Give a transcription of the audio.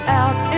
out